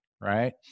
right